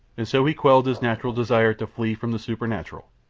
and so he quelled his natural desire to flee from the supernatural.